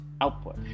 output